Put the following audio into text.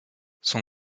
son